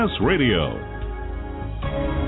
Radio